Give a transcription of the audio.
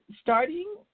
starting